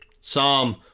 Psalm